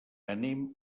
anem